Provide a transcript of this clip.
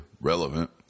relevant